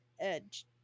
edge